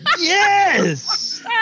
Yes